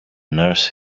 nurse